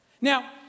Now